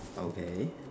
okay